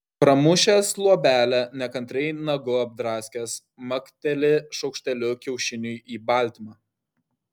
pramušęs luobelę nekantriai nagu apdraskęs makteli šaukšteliu kiaušiniui į baltymą